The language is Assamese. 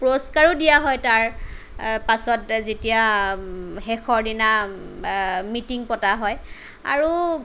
পুৰস্কাৰো দিয়া হয় তাৰ পাছত যেতিয়া শেষৰ দিনা মিটিং পতা হয় আৰু